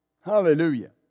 Hallelujah